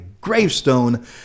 gravestone